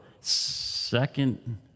Second